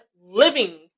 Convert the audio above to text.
living